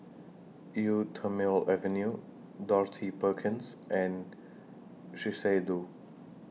Eau Thermale Avene Dorothy Perkins and Shiseido